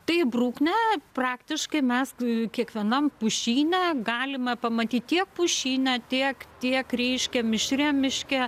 tai bruknę praktiškai mes kiekvienam pušyne galima pamatyti tiek pušyne tiek tiek reiškia mišriam miške